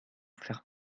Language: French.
faire